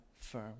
firm